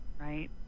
right